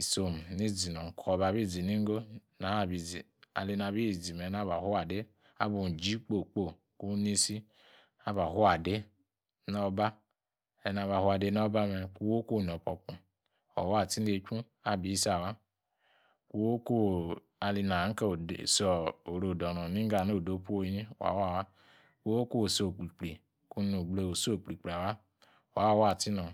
isom ni zina kor abizi niigo ‘naa’ bi zi anabizi me naba fuade abiji kpoi kpoi cuunisi naba fuade naba kaina'abafwademe, koku inopopu wawaa, 4tisinatchu isaw, oku alinana nikor osor oroudonor ingo odopu onyi wa waa, kon nugble wuso okprikpri awawa waa atinor.